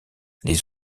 les